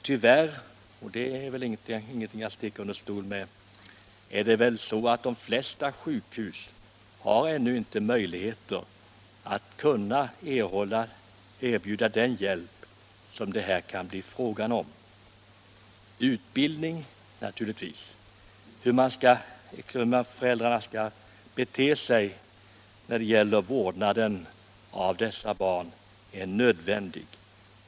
Tyvärr — och det är väl ingenting att sticka under stol med — har de flesta sjukhus ännu inte möjlighet att erbjuda den hjälp som det här kan bli fråga om. Utbildning i hur föräldrarna skall bete sig när det gäller vården av dessa barn är nödvändig.